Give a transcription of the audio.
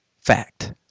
Fact